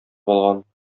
алган